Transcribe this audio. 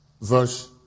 verse